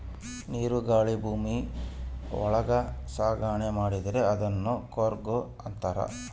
ನೀರು ಗಾಳಿ ಭೂಮಿ ಒಳಗ ಸಾಗಣೆ ಮಾಡಿದ್ರೆ ಅದುನ್ ಕಾರ್ಗೋ ಅಂತಾರ